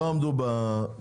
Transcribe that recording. הם לא עמדו ביעד,